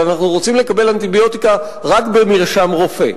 אבל אנחנו רוצים לקבל אנטיביוטיקה רק במרשם רופא,